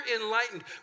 enlightened